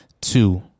Two